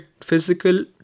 physical